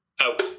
out